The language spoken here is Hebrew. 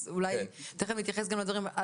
אז אולי תכף נתייחסים גם לדברים.